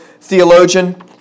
theologian